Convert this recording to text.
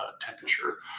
temperature